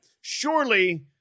Surely